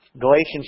Galatians